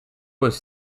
was